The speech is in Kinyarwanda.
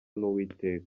n’uwiteka